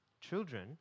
Children